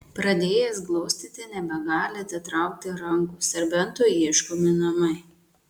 pradėjęs glostyti nebegali atitraukti rankų serbentui ieškomi namai